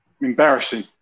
Embarrassing